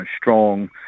strong